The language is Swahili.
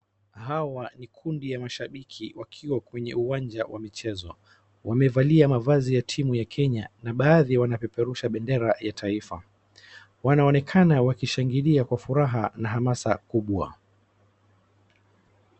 Hawa ni kundi ya mashabiki wakiwa kwenye uwanja wa michezo. Wamevalia mavazi ya timu ya Kenya na baadhi yao wanapeperusha bendera ya taifa. Wanaonekana wakishangilia kwa furaha na amasa kubwa.